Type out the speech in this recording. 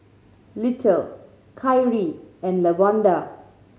Little Kyrie and Lawanda